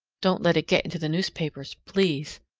don't let it get into the newspapers, please.